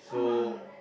mm